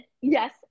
Yes